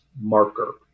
marker